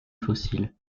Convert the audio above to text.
fossiles